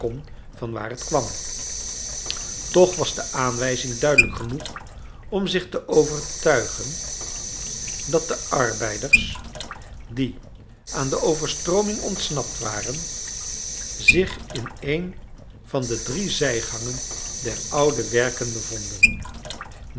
kon vanwaar het kwam toch was de aanwijzing duidelijk genoeg om zich te overtuigen dat de arbeiders die aan de overstrooming ontsnapt waren zich in een van de drie zijgangen der oude werken bevonden